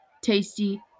tasty